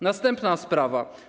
Następna sprawa.